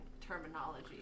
terminology